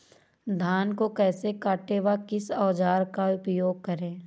धान को कैसे काटे व किस औजार का उपयोग करें?